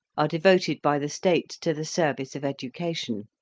are devoted by the states to the service of education.